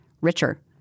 richer